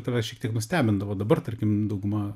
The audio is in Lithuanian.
tave šiek tiek nustebindavo dabar tarkim dauguma